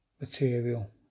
material